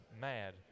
mad